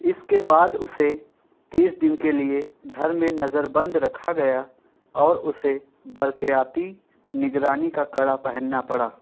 اس کے بعد اسے تیس دن کے لیے گھر میں نظر بند رکھا گیا اور اسے برقیاتی نگرانی کا کڑا پہننا پڑا